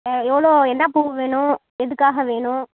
எவ்வளோ என்ன பூவு வேணும் எதுக்காக வேணும்